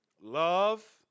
Love